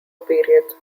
periods